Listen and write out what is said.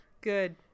Good